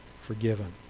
forgiven